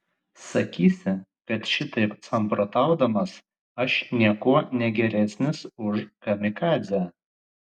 sakysi kad šitaip samprotaudamas aš niekuo negeresnis už kamikadzę